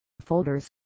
folders